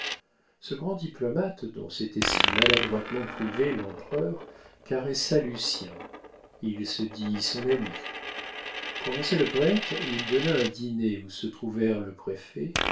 ce grand diplomate dont s'était si maladroitement privé l'empereur caressa lucien il se dit son ami pour lancer le poète il donna un dîner où se trouvèrent le préfet